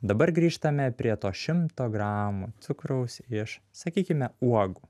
dabar grįžtame prie to šimto gramų cukraus iš sakykime uogų